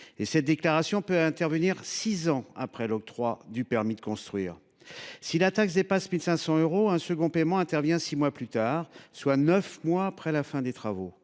Cette déclaration peut intervenir six ans après l’octroi du permis de construire. Si le montant de la taxe dépasse 1 500 euros, un second paiement intervient six mois plus tard, soit neuf mois après la fin des travaux.